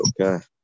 Okay